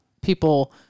people